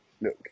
look